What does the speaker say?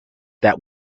that